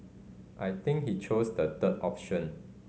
I think he chose the third option